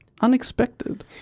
unexpected